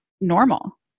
normal